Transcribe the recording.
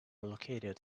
located